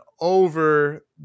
over